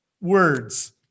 words